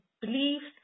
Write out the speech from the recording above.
beliefs